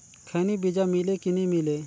खैनी बिजा मिले कि नी मिले?